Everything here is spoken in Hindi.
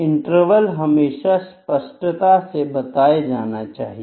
इंटरवल हमेशा स्पष्टता से बताए जाने चाहिए